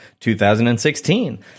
2016